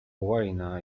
łajna